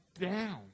down